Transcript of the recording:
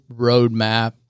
roadmap